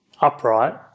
upright